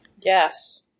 Yes